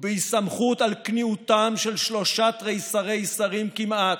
ובהיסמכות על כניעותם של שלושה תריסרי שרים כמעט,